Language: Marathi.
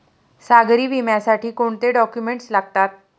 सागरी विम्यासाठी कोणते डॉक्युमेंट्स लागतात?